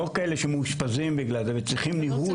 לא כאלה שמאושפזים בגלל זה וצריכים ניהול.